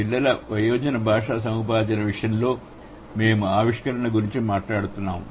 పిల్లల మరియు వయోజన భాషా సముపార్జన విషయంలో మేము ఆవిష్కరణ గురించి మాట్లాడాము